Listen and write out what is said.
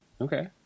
Okay